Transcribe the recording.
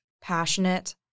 passionate